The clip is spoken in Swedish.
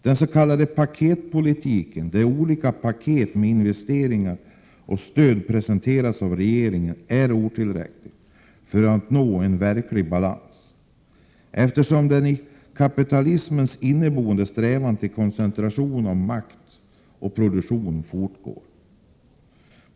Den s.k. paketpolitiken, där olika paket med investeringar och stöd presenteras av regeringen, är otillräcklig för uppnående av en verklig balans, eftersom kapitalismens inneboende strävan till koncentration av makt och produktion fortsätter att komma till uttryck.